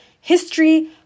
history